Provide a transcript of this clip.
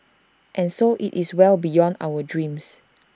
and so IT is well beyond our dreams